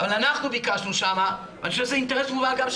אבל אנחנו ביקשנו שם ואני חושב שזה אינטרס גם של